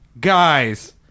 guys